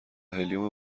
هلیوم